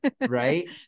Right